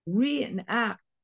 reenact